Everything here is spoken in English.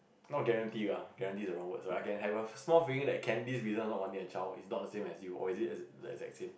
not guarantee ah guarantee is the wrong word so I can have a small feeling that Candy's reason for not wanting a child is not the same as you or is it the exact same